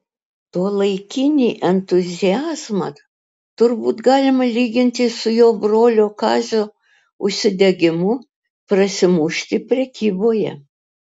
tuolaikinį entuziazmą turbūt galima lyginti su jo brolio kazio užsidegimu prasimušti prekyboje